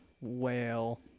whale